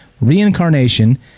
reincarnation